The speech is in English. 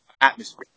Atmosphere